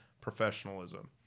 professionalism